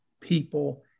people